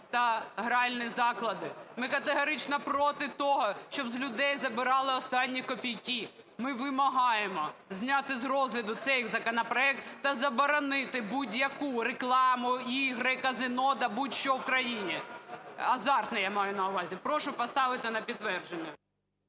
та гральні заклади. Ми категорично проти того, щоб з людей забирали останні копійки. Ми вимагаємо зняти з розгляду цей законопроект та заборонити будь-яку рекламу, ігри, казино, да будь-що в країні, азартні, я маю на увазі. Прошу поставити на підтвердження.